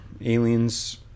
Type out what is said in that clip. aliens